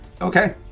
Okay